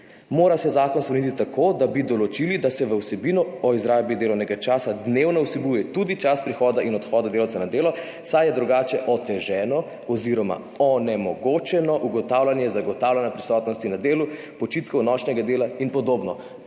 mora spremeniti tako, da bi določili, da vsebina o izrabi delovnega časa dnevno vsebuje tudi čas prihoda in odhoda delavca na delo, saj je drugače oteženo oziroma onemogočeno ugotavljanje zagotavljanja prisotnosti na delu, počitkov, nočnega dela in podobno.